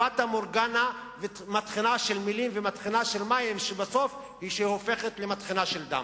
פטה מורגנה ומטחנה של מלים ומים שבסוף הופכת למטחנה של דם.